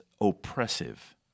oppressive